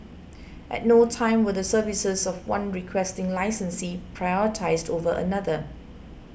at no time were the services of one Requesting Licensee prioritised over another